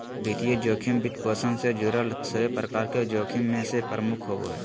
वित्तीय जोखिम, वित्तपोषण से जुड़ल सभे प्रकार के जोखिम मे से प्रमुख होवो हय